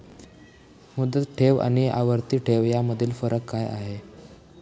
मुदत ठेव आणि आवर्ती ठेव यामधील फरक काय आहे?